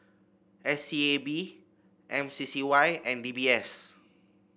S E A B M C C Y and D B S